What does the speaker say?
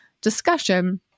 discussion